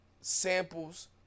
samples